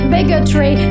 Bigotry